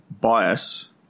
Bias